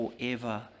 forever